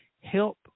help